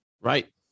right